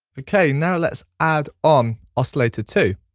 okay, now let's add on oscillator two.